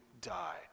die